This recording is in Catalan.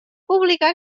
publicar